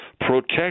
protect